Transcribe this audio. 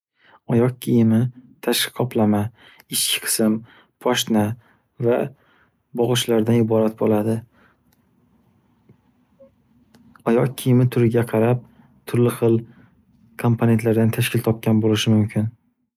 Oyoq kiyimi tashqi qoplama, ichki qism, poshna va bog’ichlardan iborat bo’ladi. Oyoq kiyimi turiga qarab turli xil komponentlardan tashkil topgan bo’lishi mumkin.